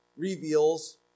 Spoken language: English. reveals